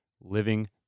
Living